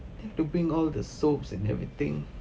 need to bring all the soaps and everything